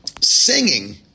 Singing